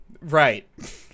right